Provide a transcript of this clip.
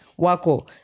Wako